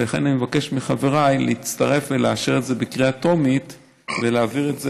ולכן אני מבקש מחברי להצטרף ולאשר את זה בקריאה טרומית ולהעביר את זה,